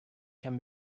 can